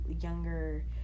younger